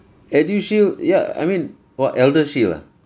edushield ya I mean what eldershield ah